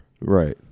Right